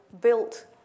built